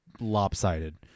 Lopsided